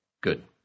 Good